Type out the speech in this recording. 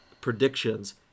predictions